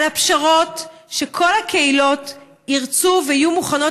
על הפשרות שכל הקהילות ירצו ויהיו מוכנות